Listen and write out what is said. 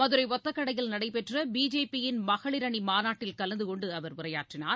மதுரைஒத்தக்கடையில் நடைபெற்றபிஜேபியின் மகளிர் அணிமாநாட்டில் கலந்தகொண்டுஅவர் உரையாற்றினார்